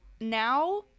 now